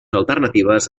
alternatives